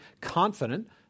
confident